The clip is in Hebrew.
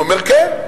והוא אומר: כן,